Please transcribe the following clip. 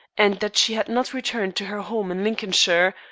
and that she had not returned to her home in lincolnshire,